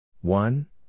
one